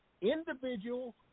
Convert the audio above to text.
individual